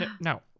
no